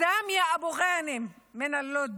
סאמיה אבו ג'אנם מלוד,